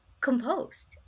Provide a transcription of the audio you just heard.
composed